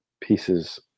pieces